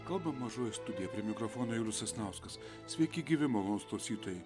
kalba mažoji studija prie mikrofono julius sasnauskas sveiki gyvi malonūs klausytojai